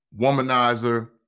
womanizer